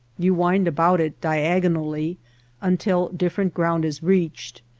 you wind about it diagonally until different ground is reached,